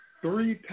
Three